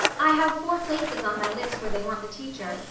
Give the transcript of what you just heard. i have four places on my list where they want the teacher,